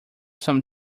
some